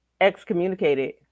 excommunicated